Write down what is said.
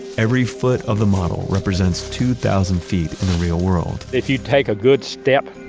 every foot of the model represents two thousand feet in the real world if you take a good step,